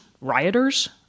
rioters